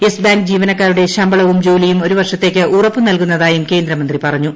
yes Bank ജീവനക്കാരുടെ ശമ്പളവും ജോലിയും ഒരുവർഷത്തേയ്ക്ക് ഉറപ്പു നൽകുന്നതായും കേന്ദ്രമന്ത്രി പറഞ്ഞു